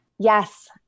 Yes